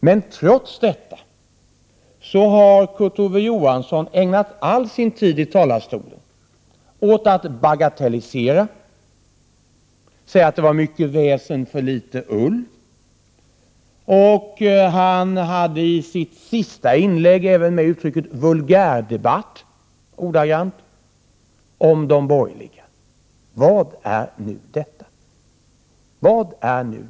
Men trots detta har Kurt Ove Johansson ägnat all sin tid i talarstolen åt att bagatellisera det hela. Han säger att det var mycket väsen för litet ull. I sitt senaste inlägg använde han också uttrycket vulgärdebatt — ordagrant återgivet — om de borgerliga. Vad är nu detta?